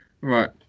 right